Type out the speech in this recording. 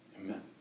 Amen